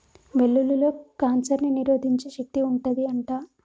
వెల్లుల్లిలో కాన్సర్ ని నిరోధించే శక్తి వుంటది అంట